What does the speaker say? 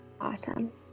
Awesome